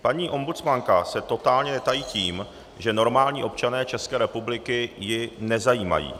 Paní ombudsmanka se totálně netají tím, že normální občané České republiky ji nezajímají.